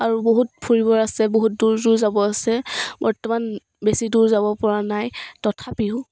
আৰু বহুত ফুৰিব আছে বহুত দূৰ দূৰ যাব আছে বৰ্তমান বেছি দূৰ যাব পৰা নাই তথাপিও